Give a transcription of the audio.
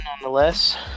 nonetheless